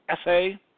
essay